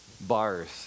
bars